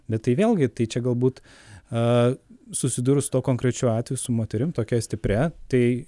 bet tai vėlgi tai čia galbūt a susidūrus su tuo konkrečiu atveju su moterim tokia stipria tai